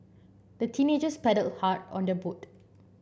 the teenagers paddled hard on their boat